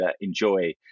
enjoy